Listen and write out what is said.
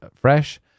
fresh